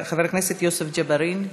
חבר הכנסת יוסף ג'בארין,